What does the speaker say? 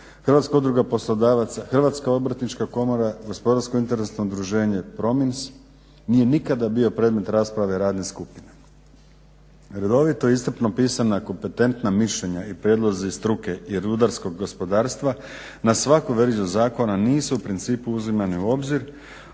Hrvatska udruga poslodavaca, Hrvatska obrtnička komora, Gospodarsko interesno udruženje PROMINS nije nikada bio predmet rasprave radne skupine. Redovito i iscrpno pisana kompetentna mišljenja i prijedlozi struke i rudarskog gospodarstva na svaku verziju zakona nisu u principu uzimani u obzir,